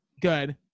good